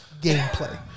gameplay